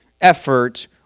effort